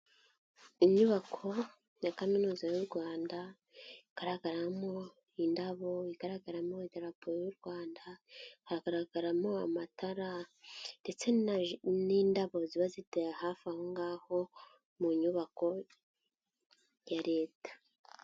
Inyubako ya kaminuza y'u Rwanda, igaragaramo indabo, igaragaramo idarapo y'u Rwanda, hagaragaramo amatara ndetse n'indabo ziba ziteye hafi aho ngaho mu nyubako ya leta.